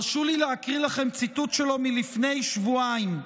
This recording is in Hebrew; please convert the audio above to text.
הרשו לי להקריא לכם ציטוט שלו מלפני שבועיים.